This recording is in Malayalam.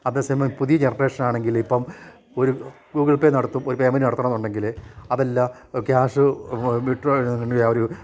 അതേ സമയം പുതിയ ജനറേഷനാണെങ്കിൽ ഇപ്പം ഒരു ഗൂഗിൾ പേ നടത്തും ഒരു പേ്മെൻറ് നടത്തണമെന്നുണ്ടെങ്കിൽ അതെല്ലാം ക്യാഷ് വിട്രോ ആ ഒരു